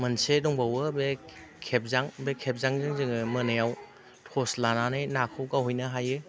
मोनसे दंबावो बे खेबजां बे खेबजांजों जोङो मोनायाव टर्स लानानै नाखौ गावहैनो हायो